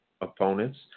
opponents